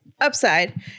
Upside